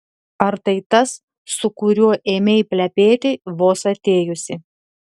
ar tai tas su kuriuo ėmei plepėti vos atėjusi